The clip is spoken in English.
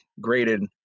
graded